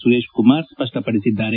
Suresh Kumar ಸ್ವಪ್ನಪಡಿಸಿದ್ದಾರೆ